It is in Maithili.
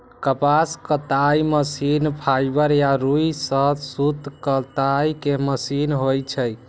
कपास कताइ मशीन फाइबर या रुइ सं सूत कताइ के मशीन होइ छै